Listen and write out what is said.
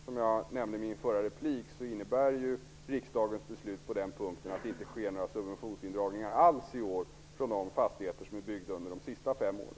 Som jag nämnde i min förra replik innebär riksdagens beslut på den punkten att det i år inte görs några subventionsindragningar alls för de fastigheter som är byggda under de senaste fem åren.